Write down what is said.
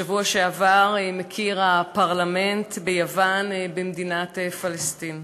בשבוע שעבר מכיר הפרלמנט ביוון במדינת פלסטין,